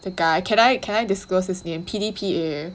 the guy can I can I disclose his name P_D_P_A